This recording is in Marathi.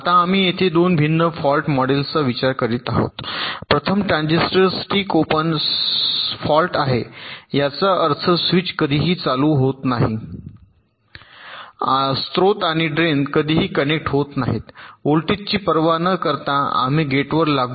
आता आम्ही येथे 2 भिन्न फॉल्ट मॉडेल्सचा विचार करीत आहोत प्रथम ट्रान्झिस्टर स्टिक ओपन फॉल्ट आहे याचा अर्थ स्विच कधीही चालू होत नाही स्त्रोत आणि ड्रेन कधीही कनेक्ट होत नाहीत व्होल्टेजची पर्वा न करता आम्ही गेटवर लागू